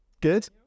Good